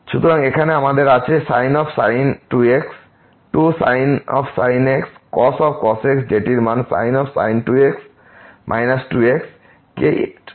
সুতরাং এখানে আমাদের আছে sin 2x 2sin x cos x যেটির মান sin 2x 2 x কে 4 x3 দিয়ে ভাগ